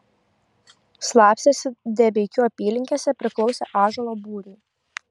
slapstėsi debeikių apylinkėse priklausė ąžuolo būriui